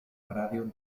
radio